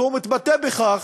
והוא מתבטא בכך